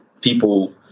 people